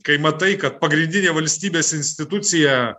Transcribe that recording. kai matai kad pagrindinė valstybės institucija